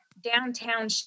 downtown